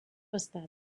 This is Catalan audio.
estat